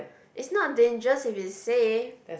it's not dangerous if it's safe